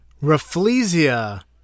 Rafflesia